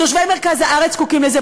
תושבי מרכז הארץ זקוקים לזה.